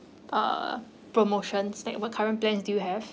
uh promotions like what current plans do you have